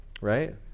right